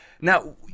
Now